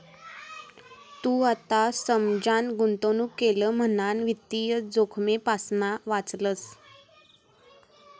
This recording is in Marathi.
तू आता समजान गुंतवणूक केलं म्हणान वित्तीय जोखमेपासना वाचलंस